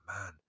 man